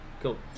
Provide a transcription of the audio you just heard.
Cool